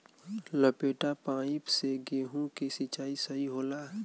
लपेटा पाइप से गेहूँ के सिचाई सही होला?